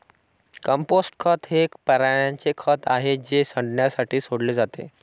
compost खत हे प्राण्यांचे खत आहे जे सडण्यासाठी सोडले जाते